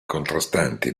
contrastanti